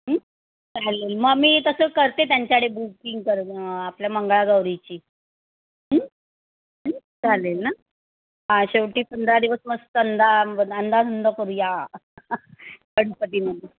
चालेल मग मी तसं करते त्यांच्याकडे बुकिंग कर आपल्या मंगळागौरीची चालेल ना हा शेवटी पंधरा दिवस मस्त अंदा अंदाधुंद करूया गणपतीमध्ये